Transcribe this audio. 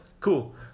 Cool